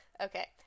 Okay